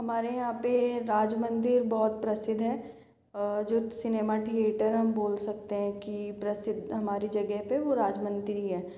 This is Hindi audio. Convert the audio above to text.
हमारे यहाँ पर राज मंदिर बहुत प्रसिद्ध है जो सिनेमा थियेटर हम बोल सकते हैं कि प्रसिद्ध हमारी जगह पर वो राज मंदिर ही है